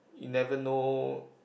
you never know